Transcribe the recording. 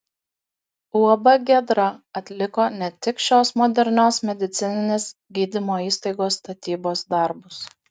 uab giedra atliko ne tik šios modernios medicininės gydymo įstaigos statybos darbus